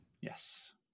Yes